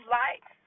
life